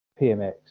pmx